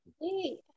Hey